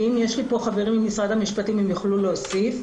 ואם יש לי פה חברים ממשרד המשפטים הם יוכלו להוסיף,